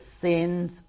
sins